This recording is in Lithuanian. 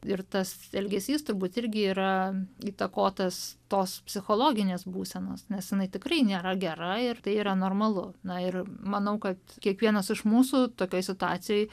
ir tas ilgesys turbūt irgi yra įtakotas tos psichologinės būsenos nes jinai tikrai nėra gera ir tai yra normalu na ir manau kad kiekvienas iš mūsų tokioj situacijoj